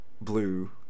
blue